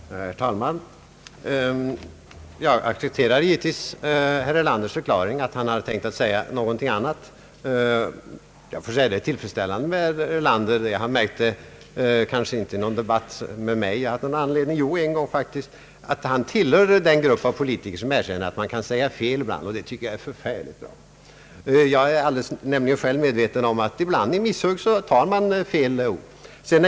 Herr talman! Jag accepterar givetvis herr Erlanders förklaring att han velat säga något annat än »Uuppdragsgivare». Jag får säga att det är tillfredsställande med herr Erlander att han tillhör den grupp av politiker som erkänner att man kan säga fel ibland; det tycker jag är förfärligt bra. Jag är själv medveten om att man ibland använder fel ord i misshugg.